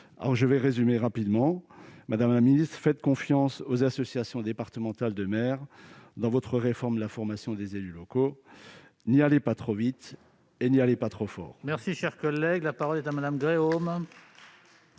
Pour résumer rapidement mon propos, madame la ministre, faites confiance aux associations départementales de maires dans votre réforme de la formation des élus locaux. N'y allez ni trop vite ni trop fort